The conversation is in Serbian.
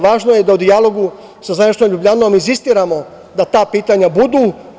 Važno je da u dijalogu sa zvaničnom Ljubljanom insistiramo da ta pitanja budu.